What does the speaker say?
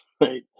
right